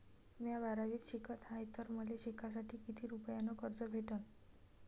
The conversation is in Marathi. म्या बारावीत शिकत हाय तर मले शिकासाठी किती रुपयान कर्ज भेटन?